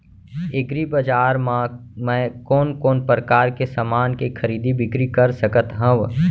एग्रीबजार मा मैं कोन कोन परकार के समान के खरीदी बिक्री कर सकत हव?